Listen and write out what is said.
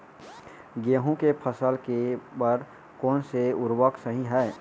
गेहूँ के फसल के बर कोन से उर्वरक सही है?